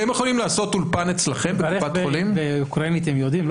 לברך באוקראינית הם יודעים?